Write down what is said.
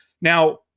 Now